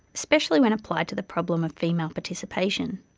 especially when applied to the problem of female participation